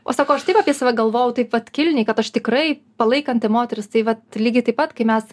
o sako aš taip apie save galvojau taip vat kilniai kad aš tikrai palaikanti moteris tai vat lygiai taip pat kai mes